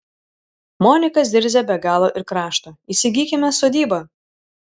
monika zirzia be galo ir krašto įsigykime sodybą